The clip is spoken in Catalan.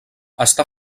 està